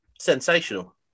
sensational